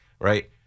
right